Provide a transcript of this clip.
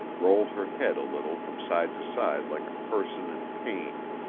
rolled her head a little from side to side like a person in pain.